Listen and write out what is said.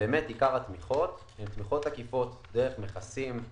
עיקר התמיכות הוא בתמיכות עקיפות דרך מכסים,